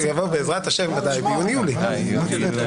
יבוא בעזרת ה' וודאי ביוני יולי.